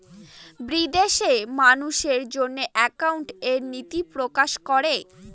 বিদেশে মানুষের জন্য একাউন্টিং এর নীতি প্রকাশ করে